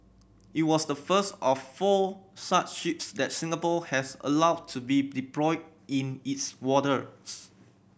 it was the first of four such ships that Singapore has allowed to be deployed in its waters